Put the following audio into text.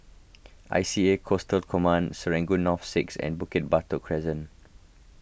I C A Coastal Command Serangoon North six and Bukit Batok Crescent